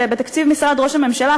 בתוך תקציב משרד ראש הממשלה,